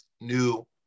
New